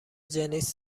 جنیس